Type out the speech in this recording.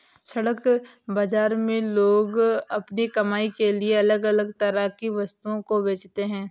सड़क बाजार में लोग अपनी कमाई के लिए अलग अलग तरह की वस्तुओं को बेचते है